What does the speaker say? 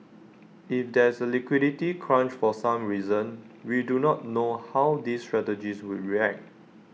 if there's A liquidity crunch for some reason we do not know how these strategies would react